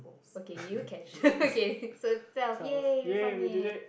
okay you catch okay so twelve !yay! we found it